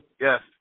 yes